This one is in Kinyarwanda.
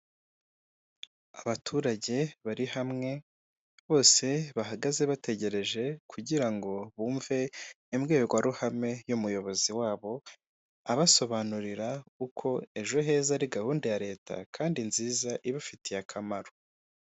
Abaturage bari hamwe bose bahagaze bategereje kugira ngo bumve imbwirwaruhame y'umuyobozi wabo abasobanurira uko ejo heza ari gahunda ya leta kandi nziza ibafitiye akamaro.